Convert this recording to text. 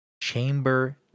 chamber